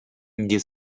nie